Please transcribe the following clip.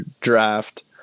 draft